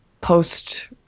post